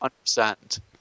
understand